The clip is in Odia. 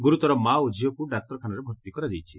ଗୁରୁତର ମାଆ ଓ ଝିଅକୁ ଡାକ୍ତରଖାନାରେ ଭର୍ତି କରାଯାଇଛି